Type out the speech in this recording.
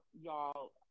y'all